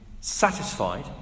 satisfied